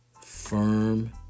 firm